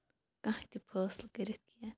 کانٛہہ تہِ فٲصلہٕ کٔرِتھ کیٚنٛہہ